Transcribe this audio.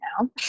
now